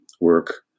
work